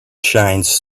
shines